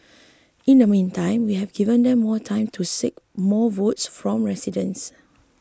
in the meantime we have given them more time to seek more votes from residents